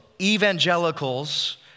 evangelicals